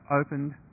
opened